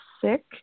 sick